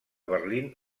berlín